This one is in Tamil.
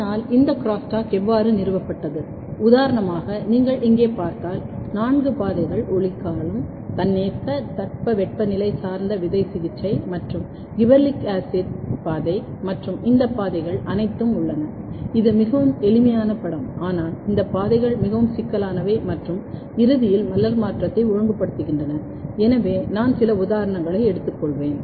ஆனால் இந்த க்ராஸ்டாக் எவ்வாறு நிறுவப்பட்டது உதாரணமாக நீங்கள் இங்கே பார்த்தால் நான்கு பாதைகள் ஒளிக்காலம் தன்னியக்க தட்பவெப்ப நிலை சார்ந்த விதை சிகிச்சை மற்றும் கிபெரெலிக் அமில பாதை மற்றும் இந்த பாதைகள் அனைத்தும் உள்ளன இது மிகவும் எளிமையான படம் ஆனால் இந்த பாதைகள் மிகவும் சிக்கலானவை மற்றும் இறுதியில் மலர் மாற்றத்தை ஒழுங்குபடுத்துகின்றன எனவே நான் சில உதாரணங்களை எடுத்துக்கொள்வேன்